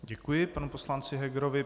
Děkuji panu poslanci Hegerovi.